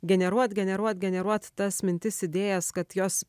generuot generuot generuot tas mintis idėjas kad jos